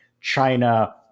China